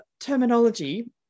terminology